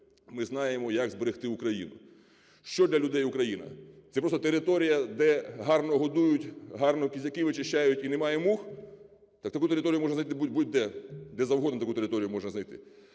Ми знаємо, як зберегти Україну. Що для людей Україна? Це просто територія, де гарно годують, гарно кізяки вичищають і немає мух? Так таку територію можна знайти будь-де, де завгодно таку територію можна знайти.